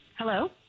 Hello